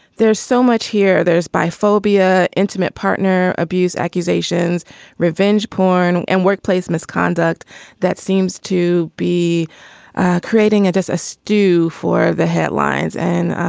there's so much here there's bi phobia intimate partner abuse accusations revenge porn and workplace misconduct that seems to be creating a just a stew for the headlines and